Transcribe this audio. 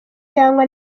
cyangwa